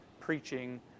preaching